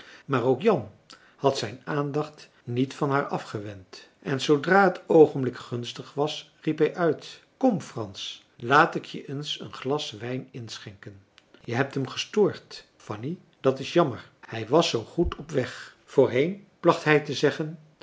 maar ook jan had zijn aandacht niet van haar afgewend en zoodra het oogenblik gunstig was riep hij uit kom frans laat ik je eens een glas wijn inschenken je hebt hem gestoord fanny dat is jammer hij was zoo goed op weg voorheen placht hij te zeggen